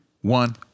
one